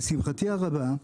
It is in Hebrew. לשמחתי הרבה,